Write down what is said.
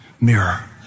mirror